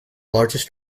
largest